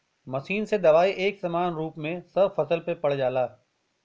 machine से दवाई एक समान रूप में सब फसल पे पड़ जाला